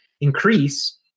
increase